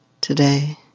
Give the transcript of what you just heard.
today